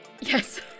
yes